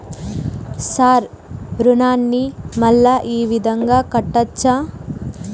Sir రుణాన్ని మళ్ళా ఈ విధంగా కట్టచ్చా?